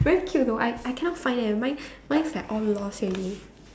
very cute though I I cannot find eh mine mine's like all lost already